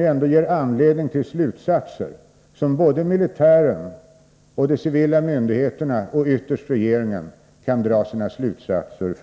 ändå ger anledning för såväl militären som de civila myndigheterna och ytterst regeringen att dra sina slutsatser.